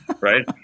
right